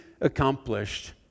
accomplished